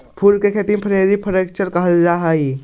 फूल के खेती के फ्लोरीकल्चर कहल जा हई